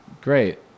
Great